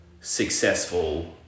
successful